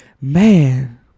Man